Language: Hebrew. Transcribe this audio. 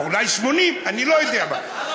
אולי 80, אני לא יודע מה.